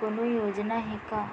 कोनो योजना हे का?